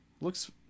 Looks